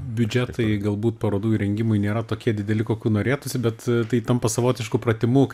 biudžetai galbūt parodų įrengimui nėra tokie dideli kokių norėtųsi bet tai tampa savotišku pratimu